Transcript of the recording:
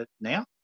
now